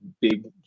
big